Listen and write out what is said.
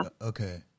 Okay